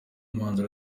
umwanzuro